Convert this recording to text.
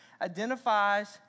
identifies